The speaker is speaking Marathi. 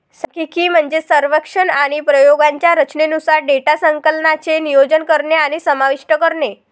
सांख्यिकी मध्ये सर्वेक्षण आणि प्रयोगांच्या रचनेनुसार डेटा संकलनाचे नियोजन करणे समाविष्ट आहे